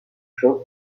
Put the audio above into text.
show